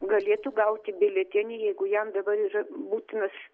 galėtų gauti biuletenį jeigu jam dabar yra būtinas